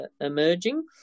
emerging